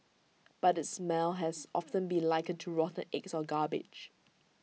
but its smell has often been likened to rotten eggs or garbage